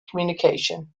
communication